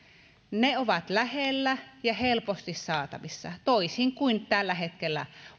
ovat lähellä ja helposti saatavissa toisin kuin tällä hetkellä